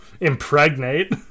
impregnate